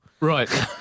right